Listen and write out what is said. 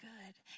good